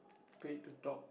paid to talk